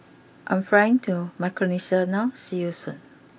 I am flying to Micronesia now see you Soon